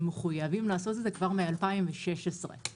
מחויבים לעשות את זה כבר ב-2016 אוקיי?